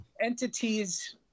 entities